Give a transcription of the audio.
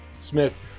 Smith